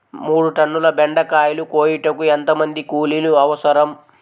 మూడు టన్నుల బెండకాయలు కోయుటకు ఎంత మంది కూలీలు అవసరం?